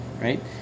right